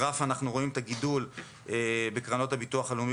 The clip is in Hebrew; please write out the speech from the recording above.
בגרף אנחנו רואים את הגידול בקרנות הביטוח הלאומי